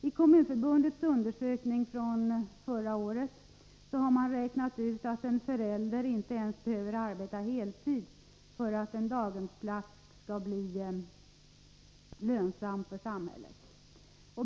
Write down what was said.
I Kommunförbundets undersökning från förra året har man räknat ut att en förälder inte ens behöver arbeta heltid för att en daghemsplats skall bli lönsam för samhället.